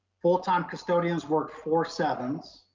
full time custodians worked four sevens,